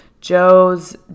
Joe's